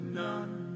none